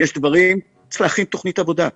צריך להכין תוכנית עבודה,